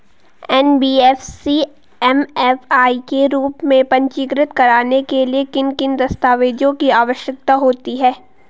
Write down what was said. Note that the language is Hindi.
एन.बी.एफ.सी एम.एफ.आई के रूप में पंजीकृत कराने के लिए किन किन दस्तावेज़ों की आवश्यकता होती है?